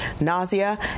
nausea